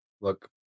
Look